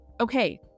okay